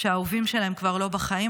שהאהובים שלהם כבר לא בחיים,